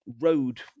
road